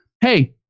Hey